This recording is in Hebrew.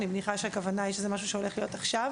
אני מניחה שהכוונה היא שזה משהו שהולך להיות עכשיו.